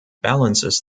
balances